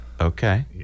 Okay